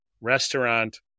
restaurant